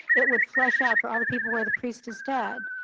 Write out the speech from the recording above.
it would flush out for all the people where the priestess dead.